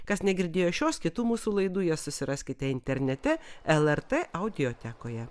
kas negirdėjo šios kitų mūsų laidų jie susiraskite internete lrt audiotekoje